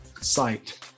site